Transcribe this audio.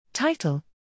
Title